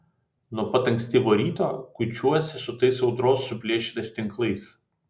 nuo pat ankstyvo ryto kuičiuosi su tais audros suplėšytais tinklais